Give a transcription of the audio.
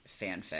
fanfic